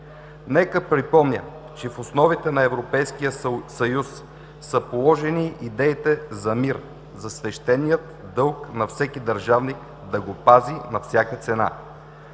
Нека припомня, че в основите на Европейския съюз са положени идеите за мир, за свещения дълг на всеки държавник да го пази на всяка цена.